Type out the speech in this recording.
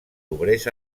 obrers